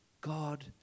God